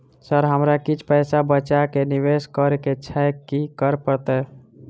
Sir हमरा किछ पैसा बचा कऽ निवेश करऽ केँ छैय की करऽ परतै?